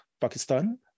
Pakistan